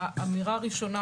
האמירה הראשונה,